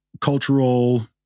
cultural